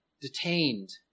detained